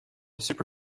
super